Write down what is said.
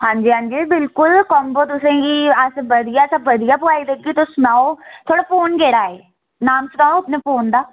हां जी हां जी बिल्कुल कोम्बो तुसें गी अस बधिया शा बधिया पोआई देगे तुस सनाओ थुआढ़ा फोन केह्ड़ा ऐ नांऽ सनाओ अपने फोन दा